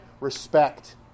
Respect